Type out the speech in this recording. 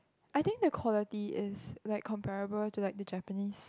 I think the quality is like comparable to like the Japanese